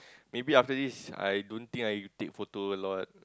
maybe after this I don't think I take photo a lot